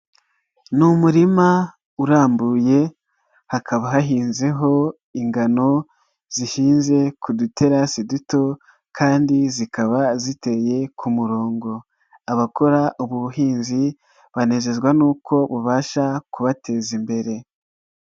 Ni umurima urambuye hakaba hahinzeho ingano zihinze ku duterasi duto kandi zikaba ziteye ku murongo, abakora ubu buhinzi banezezwa nuko bubasha kubateza imbere.